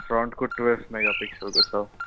फ्रन्टको twelve मेगापिक्सलको छ